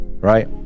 right